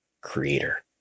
creator